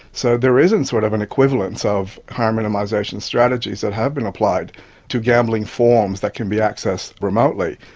so there isn't sort of an equivalence of harm minimisation strategies that have been applied to gambling forms that can be accessed remotely.